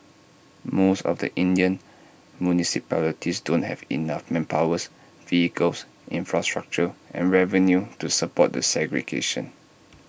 most of the Indian municipalities don't have enough manpower vehicles infrastructure and revenue to support the segregation